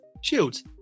shields